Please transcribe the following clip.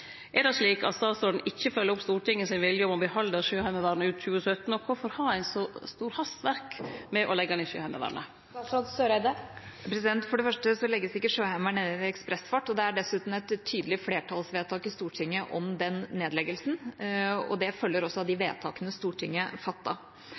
Er det slik at statsråden ikkje følgjer opp Stortingets vilje om å behalde Sjøheimevernet ut 2017, og kvifor har ein så stort hastverk med å leggje ned Sjøheimevernet? For det første legges ikke Sjøheimevernet ned i ekspressfart, og det er dessutan et tydelig flertallsvedtak i Stortinget om den nedleggelsen. Det følger også av de